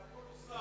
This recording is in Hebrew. אבל הכול הוסר.